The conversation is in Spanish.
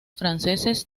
franceses